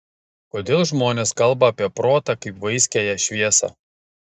kodėl žmonės kalba apie protą kaip vaiskiąją šviesą